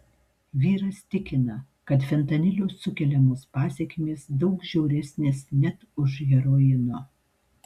vyras tikina kad fentanilio sukeliamos pasekmės daug žiauresnės net už heroino